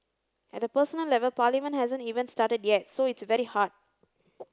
at a personal level Parliament hasn't even started yet so it's very hard